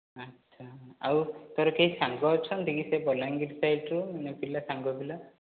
ଆଚ୍ଛା ଆଉ ତୋର କେହି ସାଙ୍ଗ ଅଛନ୍ତି କି ସେ ବଲାଙ୍ଗୀର ସାଇଡ଼୍ରୁ ମାନେ ପିଲା ସାଙ୍ଗ ପିଲା